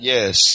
Yes